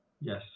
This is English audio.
Yes